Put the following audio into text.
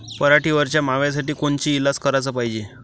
पराटीवरच्या माव्यासाठी कोनचे इलाज कराच पायजे?